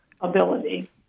ability